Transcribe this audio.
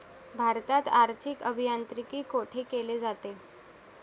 भारतात आर्थिक अभियांत्रिकी कोठे केले जाते?